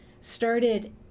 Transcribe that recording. started